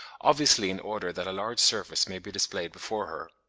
obviously in order that a large surface may be displayed before her.